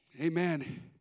Amen